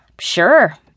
Sure